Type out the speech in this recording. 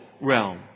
realm